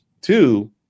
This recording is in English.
Two